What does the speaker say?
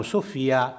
Sofia